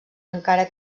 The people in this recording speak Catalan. encara